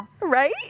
Right